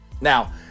Now